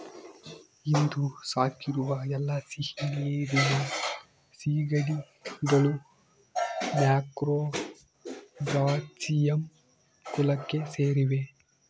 ಇಂದು ಸಾಕಿರುವ ಎಲ್ಲಾ ಸಿಹಿನೀರಿನ ಸೀಗಡಿಗಳು ಮ್ಯಾಕ್ರೋಬ್ರಾಚಿಯಂ ಕುಲಕ್ಕೆ ಸೇರಿವೆ